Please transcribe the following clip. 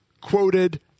quoted